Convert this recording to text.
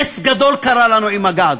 נס גדול קרה לנו עם הגז,